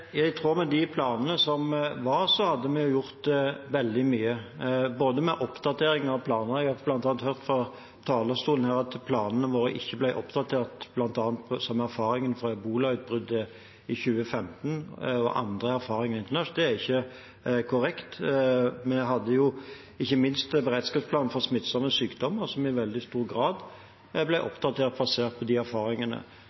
I tråd med de planene som var, hadde vi gjort veldig mye med oppdatering av planer. Jeg har bl.a. hørt fra talerstolen her at planene våre ikke ble oppdatert, som bl.a. etter erfaringen fra ebolautbruddet i 2015 og andre erfaringer. Det er ikke korrekt. Vi hadde jo ikke minst en beredskapsplan for smittsomme sykdommer som i veldig stor grad ble